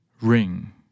Ring